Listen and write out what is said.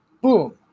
boom